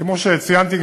כמו שציינתי,